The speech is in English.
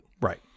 Right